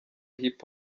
hip